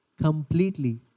completely